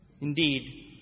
Indeed